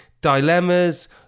Dilemmas